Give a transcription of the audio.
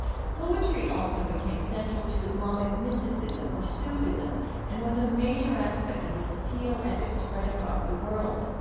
poetry also became central to islamic mysticism or sufism and was a major aspect of its appeal as it spread across the world.